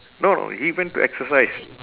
no he went to exercise